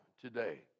today